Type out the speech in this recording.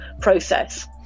process